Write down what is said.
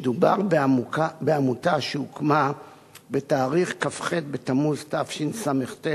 מדובר בעמותה שהוקמה בכ"ח בתמוז תשס"ט,